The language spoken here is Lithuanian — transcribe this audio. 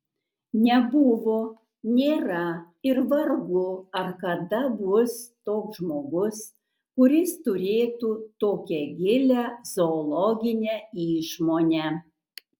nebuvo nėra ir vargu ar kada bus toks žmogus kuris turėtų tokią gilią zoologinę išmonę